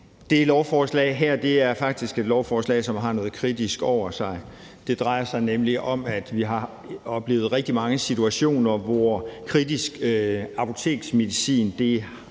Det lovforslag her er faktisk et lovforslag, som har noget kritisk over sig. Det drejer sig nemlig om, at vi har oplevet rigtig mange situationer, hvor der har været problemer med